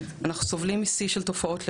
אנחנו גם סובלים משיא של תופעות לוואי,